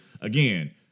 again